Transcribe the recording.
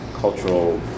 cultural